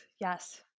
yes